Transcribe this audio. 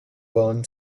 burn